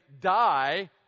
die